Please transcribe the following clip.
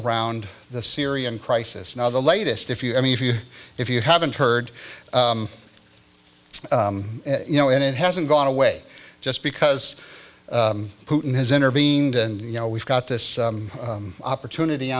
around the syrian crisis now the latest if you i mean if you if you haven't heard you know and it hasn't gone away just because putin has intervened and you know we've got this opportunity